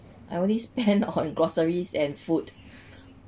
I only spend on groceries and food